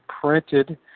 printed